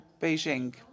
Beijing